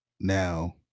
Now